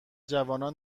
جوانان